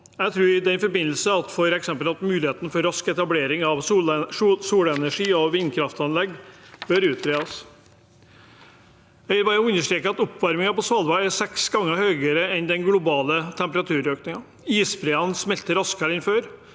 Jeg tror i den forbindelse at f.eks. muligheten for rask etablering av solenergi og vindkraftanlegg bør utredes. Jeg vil bare understreke at oppvarmingen på Svalbard er seks ganger høyere enn den globale temperaturøkningen. Isbreene smelter raskere enn før